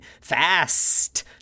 fast